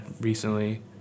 recently